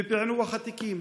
פענוח התיקים.